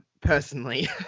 personally